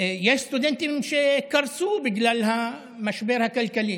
יש סטודנטים שקרסו בגלל המשבר הכלכלי.